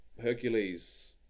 Hercules